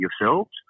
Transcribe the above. yourselves